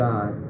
God